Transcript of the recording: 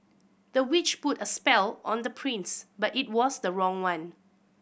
the witch put a spell on the prince but it was the wrong one